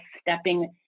stepping